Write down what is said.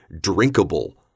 drinkable